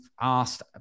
asked